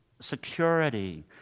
security